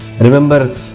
Remember